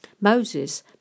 Moses